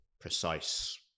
precise